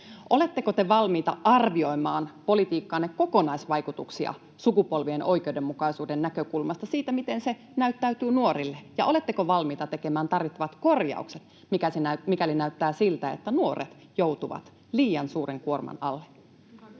Oletteko te valmiita arvioimaan politiikkanne kokonaisvaikutuksia sukupolvien oikeudenmukaisuuden näkökulmasta, siitä, miten se näyttäytyy nuorille? Ja oletteko valmiita tekemään tarvittavat korjaukset, mikäli näyttää siltä, että nuoret joutuvat liian suuren kuorman alle?